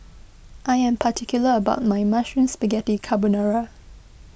I am particular about my Mushroom Spaghetti Carbonara